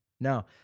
no